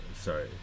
sorry